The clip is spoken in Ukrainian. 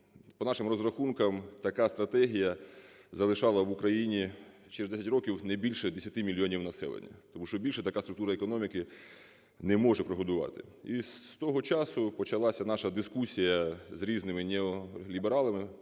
по нашим розрахункам, така стратегія залишала в Україні через 10 років не більше 10 мільйонів населення. Тому що більше така структура економіки не може прогодувати. І з того часу почалася наша дискусія з різними неолібералами,